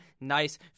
nice